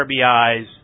RBIs